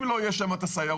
אם לא יהיה שם את הסיירות